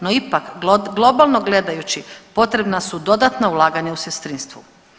No, ipak globalno gledajući potrebna su dodatna ulaganja u sestrinstvu.